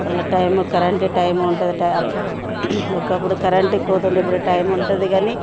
వాళ్ళ time current time ఉంటుంది ఒకప్పుడు కరెంటు కోత ఉండేది ఇప్పుడు టైం ఉంటుంది కాని